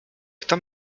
kto